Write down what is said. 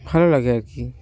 ভালো লাগে আর কি